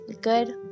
Good